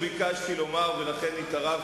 תקן אותי אם אני טועה.